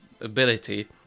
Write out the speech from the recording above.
ability